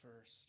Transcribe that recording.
first